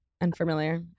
Unfamiliar